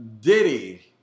Diddy